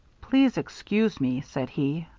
please excuse me, said he.